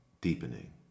deepening